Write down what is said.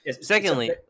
Secondly